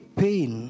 pain